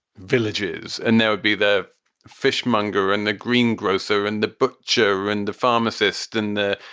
villages and there would be the fishmonger and the green grocer and the butcher and the pharmacist and the,